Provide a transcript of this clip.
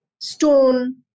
stone